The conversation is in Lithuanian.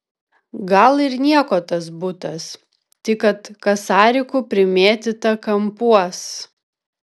gal ir nieko tas butas tik kad kasarikų primėtyta kampuos